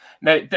Now